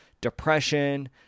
depression